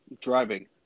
driving